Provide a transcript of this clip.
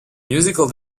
musical